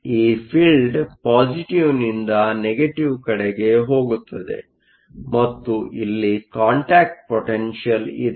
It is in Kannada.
ಈ ಫೀಲ್ಡ್ ಪಾಸಿಟಿವ್ನಿಂದ ನೆಗೆಟಿವ್ ಕಡೆಗೆ ಹೋಗುತ್ತದೆ ಮತ್ತು ಇಲ್ಲಿ ಕಾಂಟ್ಯಾಕ್ಟ್ ಪೊಟೆನ್ಷಿಯಲ್ ಇದೆ